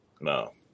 No